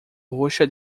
roxa